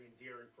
endearing